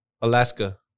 Alaska